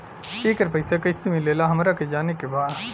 येकर पैसा कैसे मिलेला हमरा के जाने के बा?